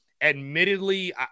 admittedly